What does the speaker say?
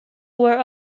were